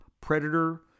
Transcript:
Predator